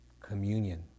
communion